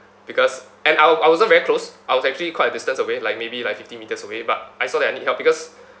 because and I I wasn't very close I was actually quite a distance away like maybe like fifty metres away but I saw that I need help because